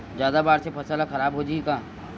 जादा बाढ़ से फसल ह खराब हो जाहि का?